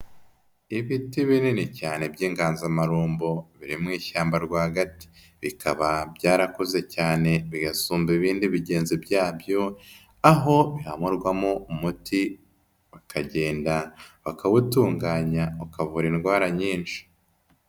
Ibiti binini cyane by'inganzamarumbo biri mu ishyamba rwagati, bikaba byarakuze cyane bigasumba ibindi bigenzi byabyo, aho bihamurwamo umuti bakagenda bakawutunganya ukavura indwara nyinshi.